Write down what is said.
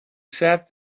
sat